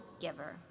giver